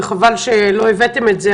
וחבל שלא הבאתם את זה,